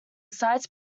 sites